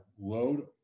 load